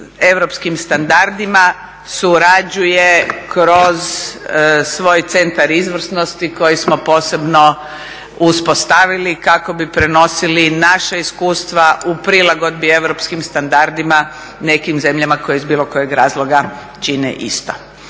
europskim standardima surađuje kroz svoj Centar izvrsnosti koji smo posebno uspostavili kako bi prenosili naša iskustva u prilagodbi europskim standardima nekim zemljama koje iz bilo kojeg razloga čine isto.